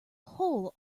hole